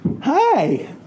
Hi